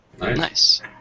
Nice